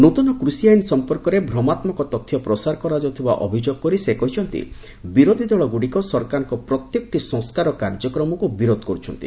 ନୂଆ କୃଷି ଆଇନ୍ ସମ୍ପର୍କରେ ଭ୍ରମାତ୍କକ ତଥ୍ୟ ପ୍ରସାର କରାଯାଉଥିବା ଅଭିଯୋଗ କରି ସେ କହିଛନ୍ତି ବିରୋଧୀ ଦଳଗୁଡ଼ିକ ସରକାରଙ୍କ ପ୍ରତ୍ୟେକଟି ସଂସ୍କାର କାର୍ଯ୍ୟକ୍ରମକୁ ବିରୋଧ କରୁଛନ୍ତି